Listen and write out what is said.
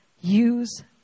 use